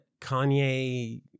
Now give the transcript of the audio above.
Kanye